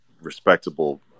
respectable